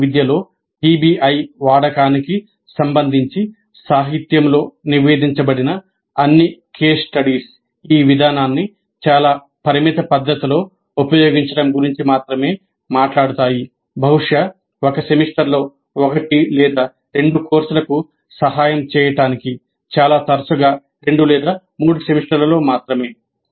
engineering విద్యలో PBI వాడకానికి సంబంధించి సాహిత్యంలో నివేదించబడిన అన్ని కేస్ స్టడీస్ ఈ విధానాన్ని చాలా పరిమిత పద్ధతిలో ఉపయోగించడం గురించి మాత్రమే మాట్లాడుతాయి బహుశా ఒక సెమిస్టర్లో ఒకటి లేదా రెండు కోర్సులకు సహాయం చేయడానికి చాలా తరచుగా రెండు లేదా మూడు సెమిస్టర్లలో మాత్రమే